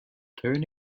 turn